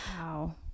Wow